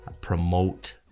promote